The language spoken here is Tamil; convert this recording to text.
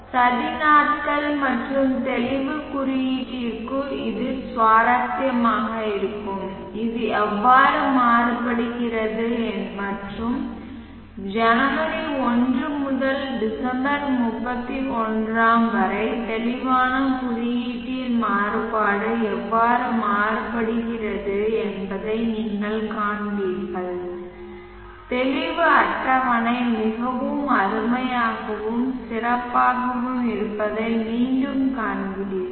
சதி நாட்கள் மற்றும் தெளிவு குறியீட்டிற்கும் இது சுவாரஸ்யமாக இருக்கும் இது எவ்வாறு மாறுபடுகிறது மற்றும் ஜனவரி 1 முதல் டிசம்பர் 31 வரை தெளிவான குறியீட்டின் மாறுபாடு எவ்வாறு மாறுபடுகிறது என்பதை நீங்கள் காண்பீர்கள் தெளிவு அட்டவணை மிகவும் அருமையாகவும் சிறப்பாகவும் இருப்பதை மீண்டும் காண்கிறீர்கள்